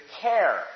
care